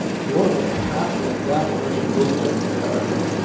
if you want to wear hats like that, why don't you move to america?